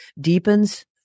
deepens